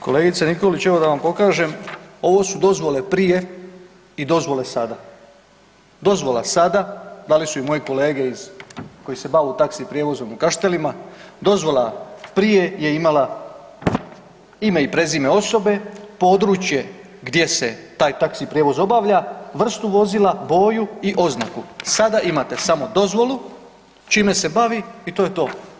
Kolegice Nikolić, evo da vam pokažem ovo su dozvole prije i dozvole sada, dali su i moje kolege iz, koji se bavu taxi prijevozom u Kaštelima, dozvola prije je imala ime i prezime osobe, područje gdje se taj taxi prijevoz obavlja, vrstu vozila, boju i oznaku, sada imate samo dozvolu, čime se bavi i to je to.